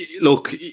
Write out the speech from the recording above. Look